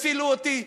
תצילו אותי.